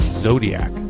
Zodiac